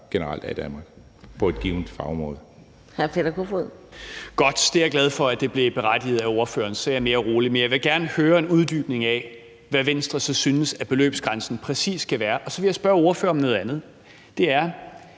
generelt er i Danmark på et givent fagområde.